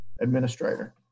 administrator